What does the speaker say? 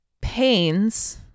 pains